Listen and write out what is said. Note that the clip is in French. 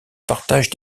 partage